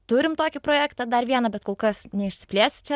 turim tokį projektą dar vieną bet kol kas neišsiplėsiu čia